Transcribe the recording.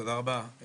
תודה רבה.